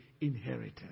inheritance